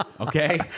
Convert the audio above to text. Okay